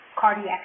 cardiac